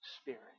spirit